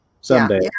Someday